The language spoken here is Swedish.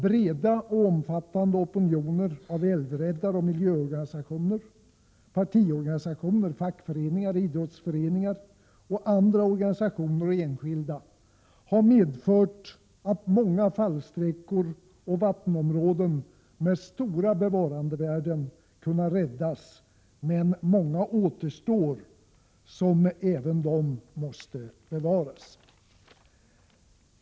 Breda och omfattande opinioner av älvräddaroch miljöorganisationer, partiorganisationer, fackföreningar, idrottsföreningar och andra organisationer och enskilda har medfört att många fallsträckor och vattenområden med stora bevarandevärden kunnat räddas, men många återstår som även de måste bevaras.